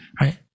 right